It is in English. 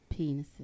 penises